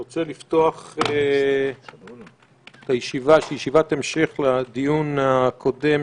אני רוצה לפתוח בישיבה שהיא ישיבת המשך לדיון הקודם